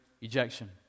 Ejection